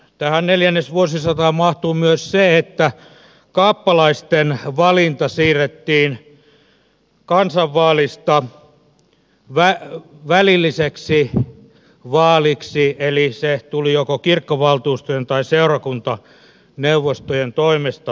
tähän neljännesvuosisataan mahtuu myös se että kappalaisten valinta siirrettiin kansanvaalista välilliseksi vaaliksi eli se tuli joko kirkkovaltuustojen tai seurakuntaneuvostojen toimesta toteutettavaksi